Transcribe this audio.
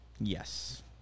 Yes